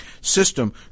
system